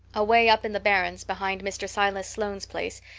away up in the barrens, behind mr. silas sloane's place,